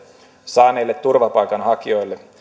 saaneille turvapaikanhakijoille